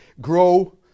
grow